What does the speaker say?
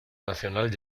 nacional